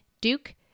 Duke